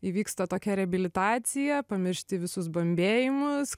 įvyksta tokia reabilitacija pamiršti visus bambėjimus